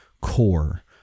core